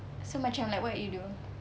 so macam like what you do